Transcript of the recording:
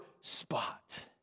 spot